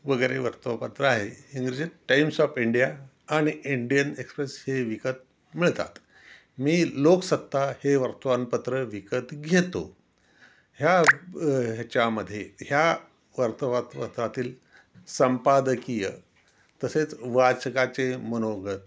वगैरे वर्तमानपत्रं आहे इंग्रजीत टाईम्स ऑफ इंडिया आणि इंडियन एक्सप्रेस हे विकत मिळतात मी लोकसत्ता हे वर्तमानपत्र विकत घेतो ह्या ह्याच्यामध्ये ह्या वर्तमानपत्रातील संपादकीय तसेच वाचकाचे मनोगत